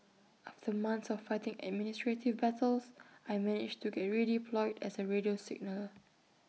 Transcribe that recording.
after months of fighting administrative battles I managed to get redeployed as A radio signaller